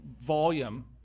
volume